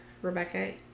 Rebecca